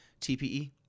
TPE